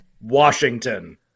Washington